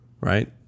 Right